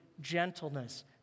gentleness